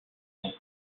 sont